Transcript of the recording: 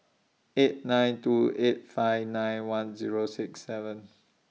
eight nine two eight five nine one Zero six seven